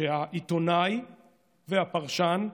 שהעיתונאי והפרשן,